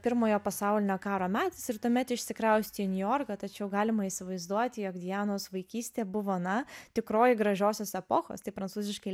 pirmojo pasaulinio karo metais ir tuomet išsikraustė į niujorką tačiau galima įsivaizduoti jog dianos vaikystė buvo na tikroji gražiosios epochos tik prancūziškai